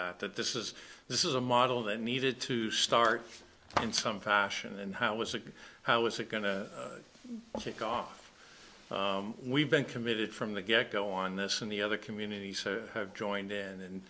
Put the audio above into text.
that that this is this is a model that needed to start in some fashion and how was it how is it going to well take off we've been committed from the get go on this and the other communities have joined in and